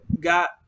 got